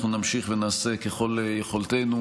אנחנו נמשיך ונעשה ככל יכולתנו